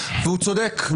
והוא צודק.